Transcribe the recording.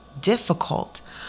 difficult